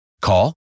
Call